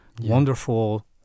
Wonderful